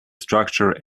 structure